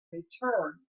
return